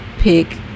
Pick